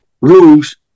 rules